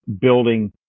building